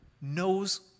knows